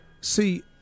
See